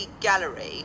Gallery